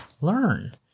Learn